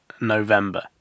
November